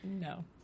No